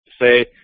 say